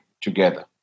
together